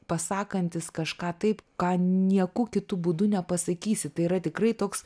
pasakantis kažką taip ką nieku kitu būdu nepasakysi tai yra tikrai toks